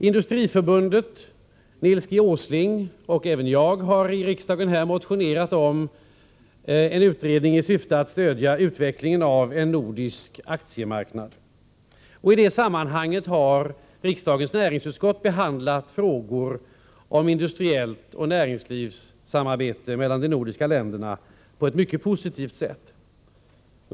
Industriförbundet och Nils Åsling har förespråkat och jag har i riksdagen motionerat om en utredning i syfte att stödja utvecklingen av en nordisk aktiemarknad. I det sammanhanget har riksdagens näringsutskott behandlat frågor om industriellt samarbete och näringslivssamarbete mellan de nordiska länderna på ett mycket positivt sätt.